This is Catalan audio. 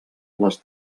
les